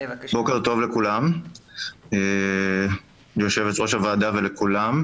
בוקר טוב ליו"ר הוועדה ולכולם.